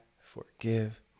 forgive